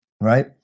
right